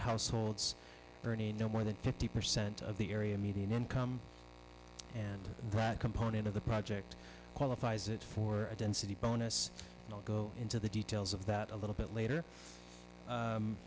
households earning no more than fifty percent of the area median income and that component of the project qualifies it for a density bonus will go into the details of that a little bit later